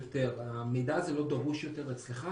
המידע הזה לא דרוש יותר אצלך,